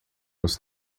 nos